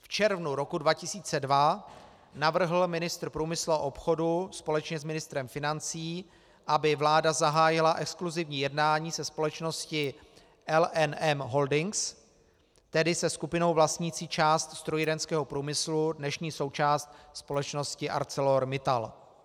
V červnu roku 2002 navrhl ministr průmyslu a obchodu společně s ministrem financí, aby vláda zahájila exkluzivní jednání se společností LNM Holdings, tedy se skupinou vlastnící část strojírenského průmyslu, dnešní součást společnosti ArcelorMittal.